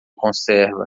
conserva